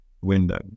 window